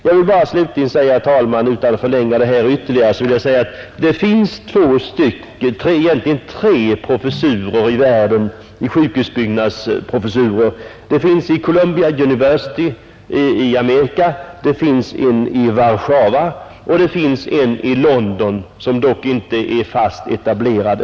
Jag skall emellertid inte förlänga denna debatt ytterligare utan vill bara tillägga att det finns bara tre sjukhusbyggnadsprofessurer i världen, nämligen vid Columbia University i Amerika, i Warszawa och i London; den sistnämnda professuren dock ännu inte fast etablerad.